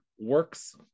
works